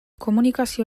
komunikazio